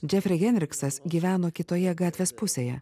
džefri hendriksas gyveno kitoje gatvės pusėje